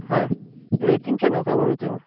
হয় ৰেটিং কেনেকুৱা বাৰু তেওঁৰ